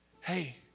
Hey